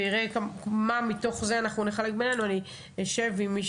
אנחנו נראה מה מתוך זה אנחנו נחלק בינינו ואחרי זה אני אשב עם מי